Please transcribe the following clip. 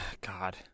God